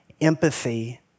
empathy